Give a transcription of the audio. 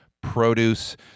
produce